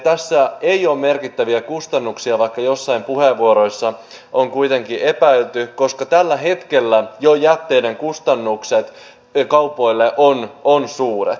tässä ei ole merkittäviä kustannuksia vaikka joissain puheenvuoroissa sitä on epäilty koska tällä hetkellä jo jätteiden kustannukset kaupoille ovat suuret